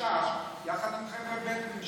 גשש יחד עם חבר'ה בדואים.